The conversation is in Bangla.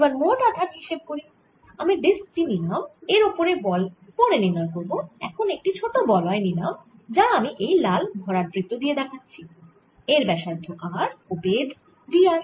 এবার মোট আধান হিসেব করি আমি ডিস্ক টি নিলাম এর ওপরে বল পরে নির্ণয় করব এখন একটি ছোট বলয় নিলাম যা আমি এই লাল ভরাট বৃত্ত দিয়ে দেখাচ্ছি এর ব্যাসার্ধ r ও বেধ d r